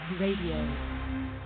Radio